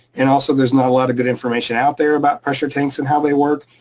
and also there's not a lot of good information out there about pressure tanks and how they work.